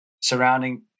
Surrounding